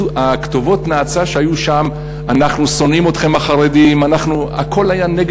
כתובות הנאצה שהיו שם: אנחנו שונאים אתכם החרדים,